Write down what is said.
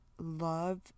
love